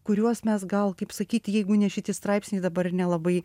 kuriuos mes gal kaip sakyti jeigu ne šiti straipsniai dabar nelabai